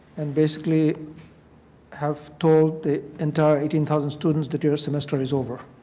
and basically have told the entire eighty and thousand students that their semester is over